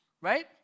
right